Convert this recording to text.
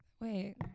wait